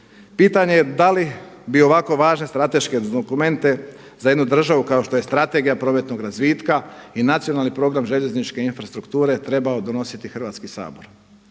Pitanje je da li bi ovako važne strateške dokumente za jednu državu kao što je Strategija prometnog razvitka i Nacionalni prijedlog željezničke infrastrukture trebao donositi Hrvatski sabor.